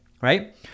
right